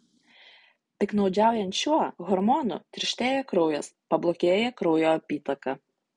piktnaudžiaujant šiuo hormonu tirštėja kraujas pablogėja kraujo apytaka